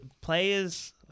players